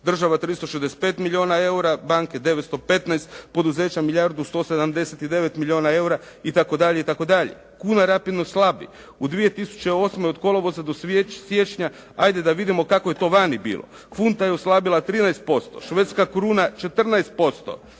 država 365 milijuna eura, banke 915, poduzeća milijardu 179 milijuna eura itd. Kuna rapidno slabi. U 2008. od kolovoza do siječnja ajde da vidimo kako je to vani bilo. Funta je oslabila 13%, švedska kruna 14%,